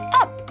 up